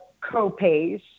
co-pays